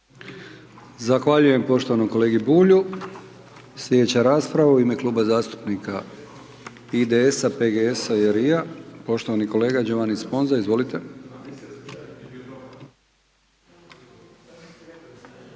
Zahvaljujem poštovanom kolegi Bulju. Slijedeća rasprava u ime Kluba zastupnika IDS-a, PGS-a i LRI-a, poštovani kolega Giovanni Sponza, izvolite. **Sponza,